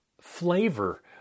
flavor